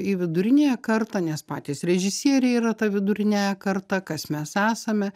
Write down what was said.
į viduriniąją kartą nes patys režisieriai yra ta viduriniąja karta kas mes esame